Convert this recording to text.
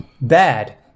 bad